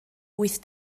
wyth